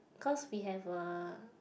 cause we have a